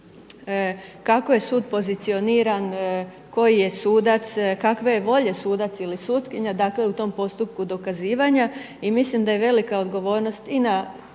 kako je sud pozicioniran, koji je sudac, kakve je volje sudac ili sutkinja dakle u tom postupku dokazivanja. I mislim da je velika odgovornost i na